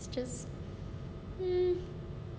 it's just